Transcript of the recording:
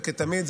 וכתמיד,